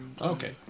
Okay